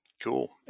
Cool